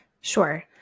Sure